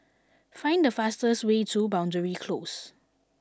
find the fastest way to Boundary Close